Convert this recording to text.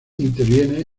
interviene